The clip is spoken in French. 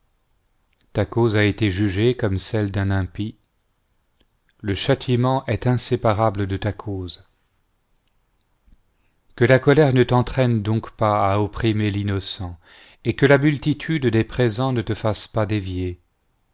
ta cause a été jugée comme celle d'un impie le châtiment est inséparable de ta cause que la colère ne t'entraîne donc pas à opprimer l'innocent et que la multitude des présents ne te fasse pas dévier